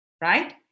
right